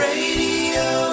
Radio